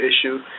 issue